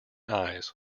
eyes